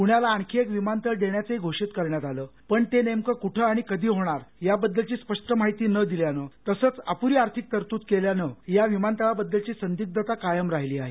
पुण्याला आणखी एक विमानतळ देण्याचंही घोषित करण्यात आलं पण ते नेमकं कुठे आणि कधी होणार याबद्दलची स्पष्ट माहिती न दिल्यानं तसंच अपुरी आर्थक तरतूद केल्यानं या विमानतळाबद्दलची संदिग्धता कायम राहिली आहे